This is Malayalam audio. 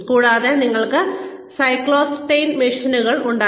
കൂടാതെ ഞങ്ങൾക്ക് സൈക്ലോസ്റ്റൈൽ മെഷീനുകൾ ഉണ്ടായിരുന്നു